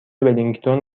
ولینگتون